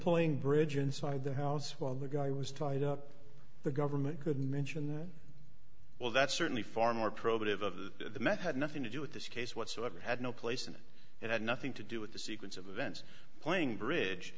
playing bridge inside the house while the guy was tied up the government could mention well that's certainly far more probative of the met had nothing to do with this case whatsoever had no place in it it had nothing to do with the sequence of events playing bridge